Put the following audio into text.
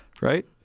right